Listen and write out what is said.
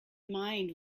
mind